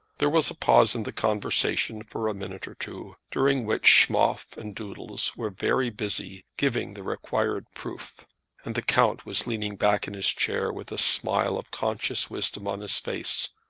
there was a pause in the conversation for a minute or two, during which schmoff and doodles were very busy giving the required proof and the count was leaning back in his chair, with a smile of conscious wisdom on his face,